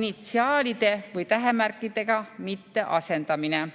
initsiaalide või tähemärkidega mitteasendamine.